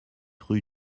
rue